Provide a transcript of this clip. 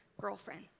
girlfriend